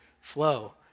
flow